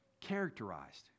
characterized